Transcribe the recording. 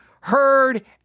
heard